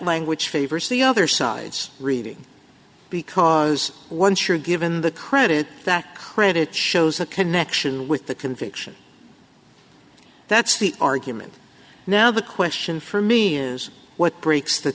which favors the other side's reading because once you're given the credit that credit shows a connection with the conviction that's the argument now the question for me is what breaks t